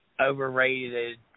overrated